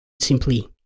simply